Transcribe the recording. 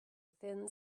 thin